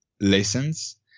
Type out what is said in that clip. lessons